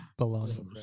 baloney